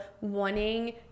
wanting